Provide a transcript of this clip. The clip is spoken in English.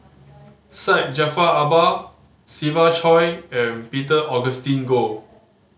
Syed Jaafar Albar Siva Choy and Peter Augustine Goh